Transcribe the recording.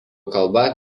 kalba